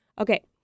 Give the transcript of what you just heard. Okay